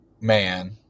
man